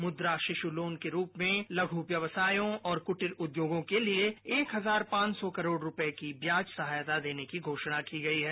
मुद्रा शिशु लोन के रूप में लघु व्यवसायों और कुटीर उद्योगों के लिए एक हजार पांच सौ करोड़ रूपये की ब्याज सहायता देने की घोषणा की गई है